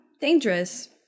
dangerous